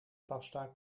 pasta